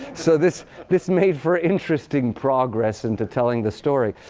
so this this made for interesting progress into telling the story.